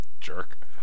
Jerk